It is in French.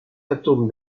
atomes